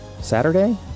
Saturday